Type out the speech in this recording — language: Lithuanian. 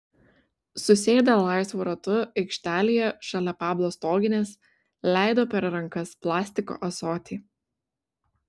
susėdę laisvu ratu aikštelėje šalia pablo stoginės leido per rankas plastiko ąsotį